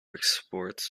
exports